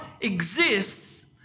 exists